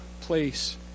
place